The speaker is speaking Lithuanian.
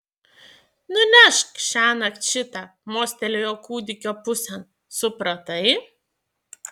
nunešk šiąnakt šitą mostelėjo kūdikio pusėn supratai